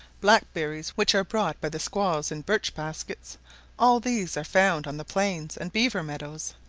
blackberries, which are brought by the squaws in birch baskets all these are found on the plains and beaver meadows.